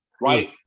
right